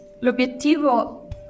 L'obiettivo